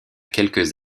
quelques